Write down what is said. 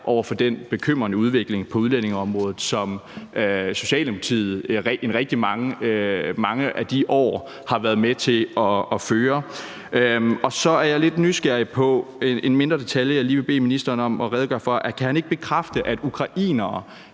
over for den bekymrende udvikling på udlændingeområdet, som Socialdemokratiet i rigtig mange af de år har været med til at føre? Så er jeg lidt nysgerrig på en mindre detalje, jeg lige vil bede ministeren om at redegøre for. Kan han ikke bekræfte, at ukrainere